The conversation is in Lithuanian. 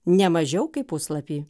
ne mažiau kaip puslapį